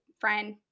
friend